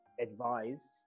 advised